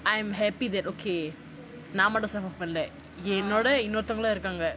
I'm happy that okay நான் மட்டும்:naan mattum suffer பண்ணல என் கூட இன்னோருத்தரும் இருகாங்க:pannala en kuda inorutharum irukaaga